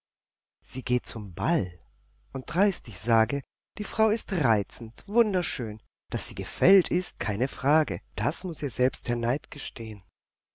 sie geht zum ball und dreist ich sage die frau ist reizend wunderschön daß sie gefällt ist keine frage das muß ihr selbst der neid